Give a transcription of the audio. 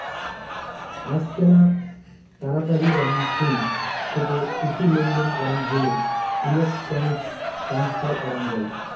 আজকেনা তাড়াতাড়ি এবং থুই থেকে খুশি লেনদেন করাং হইলে ইলেক্ট্রনিক ট্রান্সফার করাং যাই